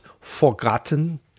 forgotten